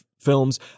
films